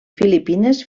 filipines